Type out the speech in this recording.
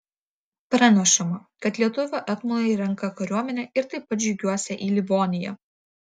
pranešama kad lietuvių etmonai renką kariuomenę ir taip pat žygiuosią į livoniją